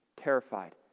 terrified